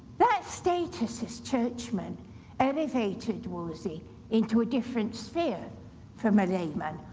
that status as churchman elevated wolsey into a different sphere from a layman,